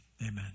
amen